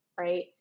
right